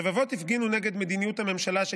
רבבות הפגינו נגד מדיניות הממשלה,